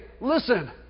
listen